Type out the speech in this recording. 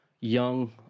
young